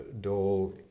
Dole